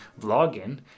vlogging